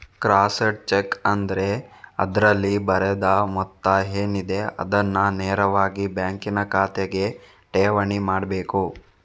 crossed cheque ಆದ್ರೆ ಅದ್ರಲ್ಲಿ ಬರೆದ ಮೊತ್ತ ಏನಿದೆ ಅದನ್ನ ನೇರವಾಗಿ ಬ್ಯಾಂಕಿನ ಖಾತೆಗೆ ಠೇವಣಿ ಮಾಡ್ಬೇಕು